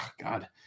god